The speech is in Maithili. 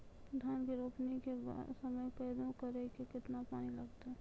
धान के रोपणी के समय कदौ करै मे केतना पानी लागतै?